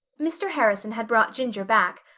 mr. harrison had brought ginger back,